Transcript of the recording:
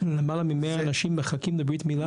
למעלה ממאה אנשים מחכים לברית מילה כיום?